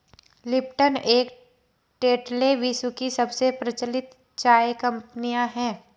Lipton and Tetley विश्व की सबसे प्रचलित चाय कंपनियां है